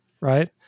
right